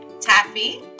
Taffy